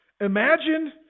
imagine